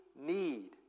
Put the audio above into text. need